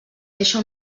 deixa